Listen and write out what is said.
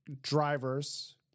drivers